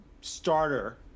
starter